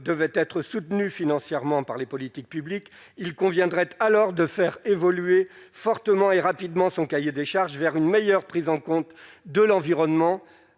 devait être soutenue financièrement par les politiques publiques, il conviendrait alors de faire évoluer fortement et rapidement son cahier des charges vers une meilleure prise en compte de l'environnement